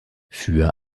für